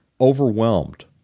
overwhelmed